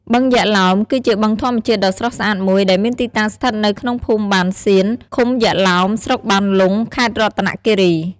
បឹងយក្សឡោម គឺជាបឹងធម្មជាតិដ៏ស្រស់ស្អាតមួយ ដែលមានទីតាំងស្ថិតនៅក្នុងភូមិបានសៀន ឃុំយក្សឡោម ស្រុកបានលុង ខេត្តរតនគិរី។